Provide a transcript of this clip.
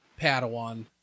Padawan